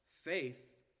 faith